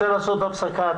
נצא להפסקה.